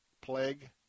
plague